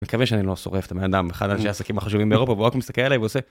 מקווה שאני לא שורף את הבן אדם, אחד האנשי העסקים החשובים באירופה והוא רק מסתכל עליי ועושה.